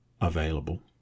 available